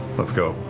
let's go.